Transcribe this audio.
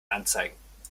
anzeigen